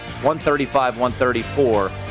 135-134